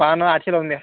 पहा ना आठशे लावून द्या